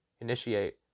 Initiate